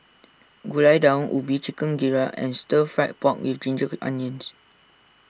Gulai Daun Ubi Chicken Gizzard and Stir Fried Pork with Ginger Onions